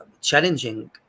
challenging